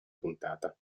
puntata